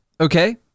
okay